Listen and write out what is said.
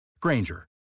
Granger